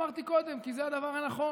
אמרתי קודם, כי זה הדבר הנכון,